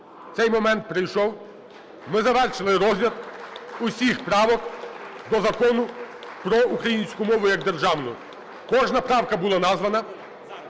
цей момент прийшов. Ми завершили розгляд усіх правок до Закону про українську мову як державну. (Оплески) Кожна правка була названа.